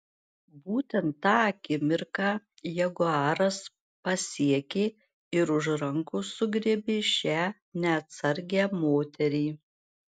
būtent tą akimirką jaguaras pasiekė ir už rankos sugriebė šią neatsargią moterį